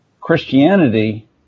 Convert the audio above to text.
Christianity